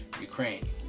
Ukraine